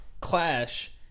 clash